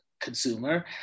consumer